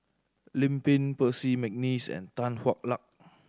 Lim Pin Percy McNeice and Tan Hwa Luck